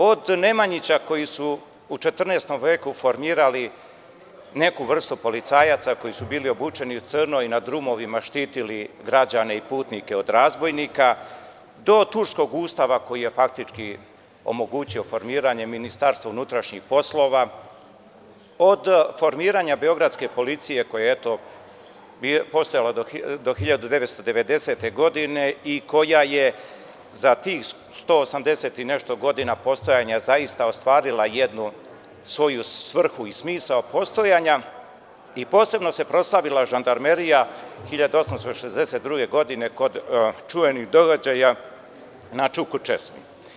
Od Nemanjića, koji su u 14. veku formirali neku vrstu policajaca koji su bili obučeni u crno i na drumovima štitili građane i putnike od razbojnika, do turskog ustava koji je faktički omogućio formiranje MUP, od formiranja Beogradske policije koja je postojala do 1990. godine i koja je za tih 180 i nešto godina postojanja zaista ostvarila jednu svoju svrhu i smisao postojanja i posebno se proslavila Žandarmerija 1862. godine kod čuvenih događaja na Čukur česmi.